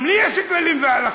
גם לי יש כללים והלכות.